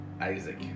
Isaac